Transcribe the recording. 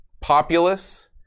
Populous